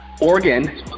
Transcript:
Oregon